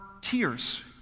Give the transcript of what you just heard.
tears